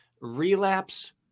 Relapse